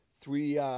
three